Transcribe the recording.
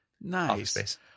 nice